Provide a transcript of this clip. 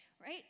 right